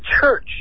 church